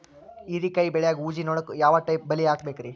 ಹೇರಿಕಾಯಿ ಬೆಳಿಯಾಗ ಊಜಿ ನೋಣಕ್ಕ ಯಾವ ಟೈಪ್ ಬಲಿ ಹಾಕಬೇಕ್ರಿ?